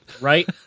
Right